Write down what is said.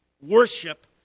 worship